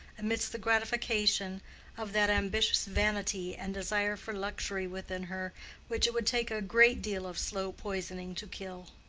amidst the gratification of that ambitious vanity and desire for luxury within her which it would take a great deal of slow poisoning to kill.